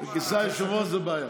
מכיסא היושב-ראש זה בעיה.